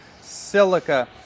silica